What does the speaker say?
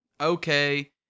okay